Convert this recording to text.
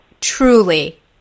truly